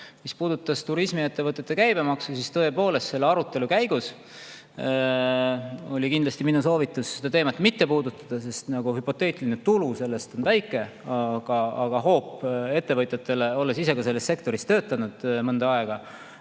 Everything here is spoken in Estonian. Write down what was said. Mis puudutab turismiettevõtete käibemaksu, siis tõepoolest, selle arutelu käigus oli kindlasti minu soovitus seda teemat mitte puudutada. Hüpoteetiline tulu sellest pidi olema väike, aga hoop ettevõtjatele – olen ise ka selles sektoris mõnda aega